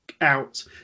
out